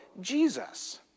Jesus